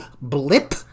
blip